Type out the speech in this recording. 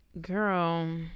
girl